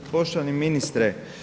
Poštovani ministre.